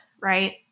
right